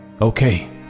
okay